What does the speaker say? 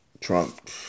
Trump